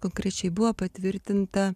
konkrečiai buvo patvirtinta